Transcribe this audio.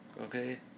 Okay